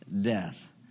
death